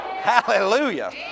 Hallelujah